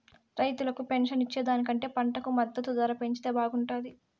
రైతులకు పెన్షన్ ఇచ్చే దానికంటే పంటకు మద్దతు ధర పెంచితే బాగుంటాది